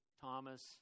Thomas